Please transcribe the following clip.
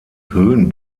höhen